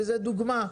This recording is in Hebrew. וזאת דוגמה.